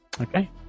Okay